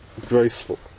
graceful